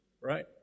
right